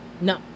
No